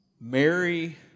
Mary